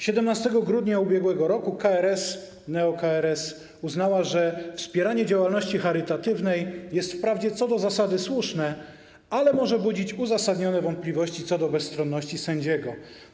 17 grudnia ub.r. neo-KRS uznała, że wspieranie działalności charytatywnej jest wprawdzie co do zasady słuszne, ale może budzić uzasadnione wątpliwości co do bezstronności sędziego.